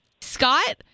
Scott